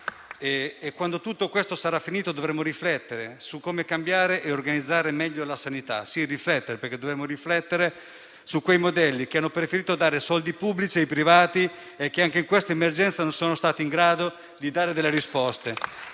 Quando tutto questo sarà finito dovremo riflettere su come cambiare e organizzare meglio la sanità. Dovremo riflettere su quei modelli che hanno preferito dare soldi pubblici ai privati e che, anche in questa emergenza, non sono stati in grado di dare delle risposte.